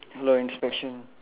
a lot inspection